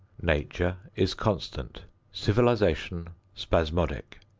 nature is constant civilization spasmodic.